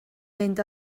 mynd